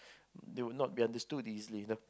they will not be understood easily the